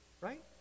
right